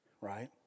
right